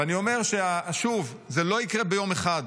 ואני אומר שוב, זה לא יקרה ביום אחד,